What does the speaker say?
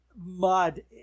mud